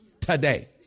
today